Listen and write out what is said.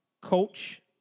Coach